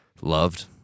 loved